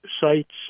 sites